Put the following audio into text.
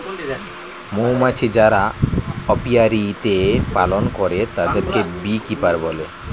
মৌমাছি যারা অপিয়ারীতে পালন করে তাদেরকে বী কিপার বলে